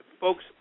folks